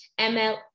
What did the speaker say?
ML